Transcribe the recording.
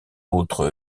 autre